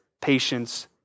patience